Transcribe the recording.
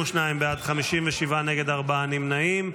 בעד, 57 נגד, ארבעה נמנעים.